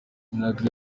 minagri